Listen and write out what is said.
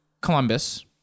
Columbus